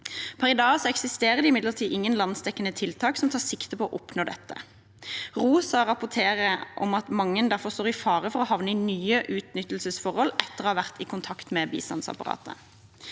i dag eksisterer det imidlertid ingen landsdekkende tiltak som tar sikte på å oppnå dette. ROSA rapporterer om at mange derfor står i fare for å havne i nye utnyttelsesforhold etter å ha vært i kontakt med bistandsapparatet.